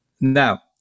Now